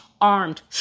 armed